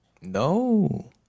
No